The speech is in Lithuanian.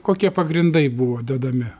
kokie pagrindai buvo dedami